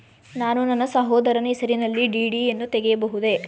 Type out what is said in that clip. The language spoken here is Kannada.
ನಾನು ನನ್ನ ಸಹೋದರನ ಹೆಸರಿನಲ್ಲಿ ಡಿ.ಡಿ ಯನ್ನು ತೆಗೆಯಬಹುದೇ?